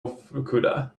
fukuda